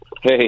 Hey